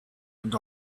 and